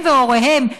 הם והוריהם,